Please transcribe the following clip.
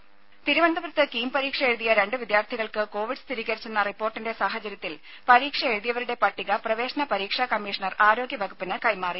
രുമ തിരുവനന്തപുരത്ത് കീം പരീക്ഷ എഴുതിയ രണ്ടു വിദ്യാർത്ഥികൾക്ക് കോവിഡ് സ്ഥിരീകരിച്ചെന്ന റിപ്പോർട്ടിന്റെ സാഹചര്യത്തിൽ പരീക്ഷ എഴുതിയവരുടെ പട്ടിക പ്രവേശന പരീക്ഷാ കമ്മീഷണർ ആരോഗ്യവകുപ്പിന് കൈമാറി